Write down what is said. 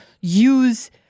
use